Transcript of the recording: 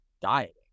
dieting